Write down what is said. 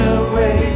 away